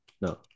No